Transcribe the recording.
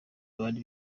abari